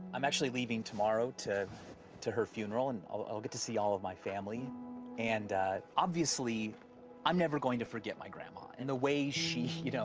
i'm actually leaving tomorrow to to her funeral, and i'll get to see all of my and obviously i'm never going to forget my grandma. and the way she, you know,